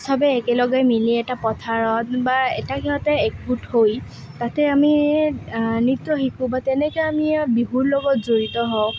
সবে একেলগে মিলি এটা পথাৰত বা এটা সিঁহতে একগোট হৈ তাতে আমি নৃত্য শিকোঁ বা তেনেকৈ আমি বিহুৰ লগত জড়িত হওঁ